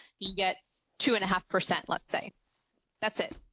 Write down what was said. you get two and a half percent, let's say that's it.